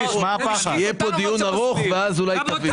יהיה כאן דיון ארוך ואז אולי תבין.